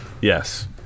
Yes